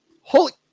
holy